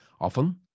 Often